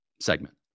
segment